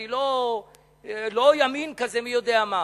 אני לא ימין כזה מי יודע מה: